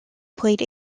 played